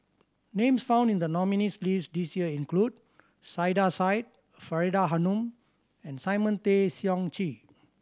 names found in the nominees' list this year include Saiedah Said Faridah Hanum and Simon Tay Seong Chee